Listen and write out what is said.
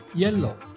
yellow